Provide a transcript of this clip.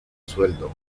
sueldo